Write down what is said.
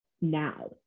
now